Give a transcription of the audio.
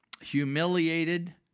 humiliated